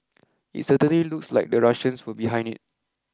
it certainly looks like the Russians were behind it